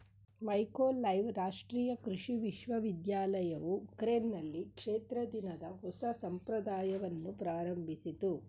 Mykolaiv ರಾಷ್ಟ್ರೀಯ ಕೃಷಿ ವಿಶ್ವವಿದ್ಯಾಲಯವು ಉಕ್ರೇನ್ನಲ್ಲಿ ಕ್ಷೇತ್ರ ದಿನದ ಹೊಸ ಸಂಪ್ರದಾಯವನ್ನು ಪ್ರಾರಂಭಿಸಿತು